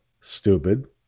stupid